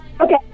Okay